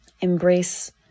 embrace